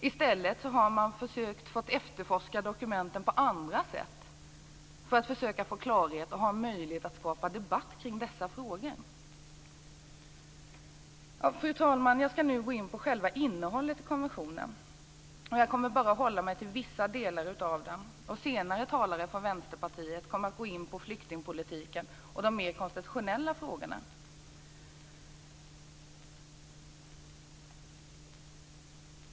I stället har man fått efterforska dokumenten på andra sätt för att försöka få klarhet och ha möjlighet att skapa debatt kring dessa frågor. Fru talman! Jag skall nu gå in på själva innehållet i konventionen. Jag kommer bara att hålla mig till vissa delar av den, och andra talare från Vänsterpartiet kommer senare att gå in på flyktingpolitiken och de mer konstitutionella frågorna.